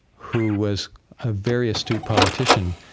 who was a very astute politician,